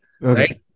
right